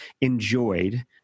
enjoyed